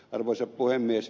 arvoisa puhemies